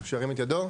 שירים את ידו.